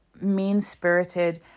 mean-spirited